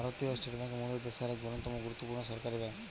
ভারতীয় state bank মোদের দ্যাশের এক অন্যতম গুরুত্বপূর্ণ সরকারি বেঙ্ক